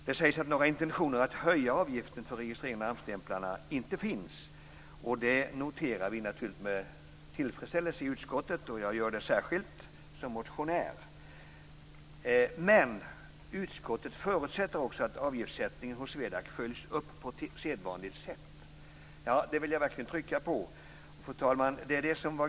Det sägs att några intentioner att höja avgifterna för registrering av namnstämplarna inte finns. Det noterar vi naturligtvis med tillfredsställelse, och jag gör det särskilt som motionär i frågan. Men utskottet förutsätter också att avgiftssättningen hos SWEDAC följs upp på sedvanligt sätt. Det vill jag verkligen betona.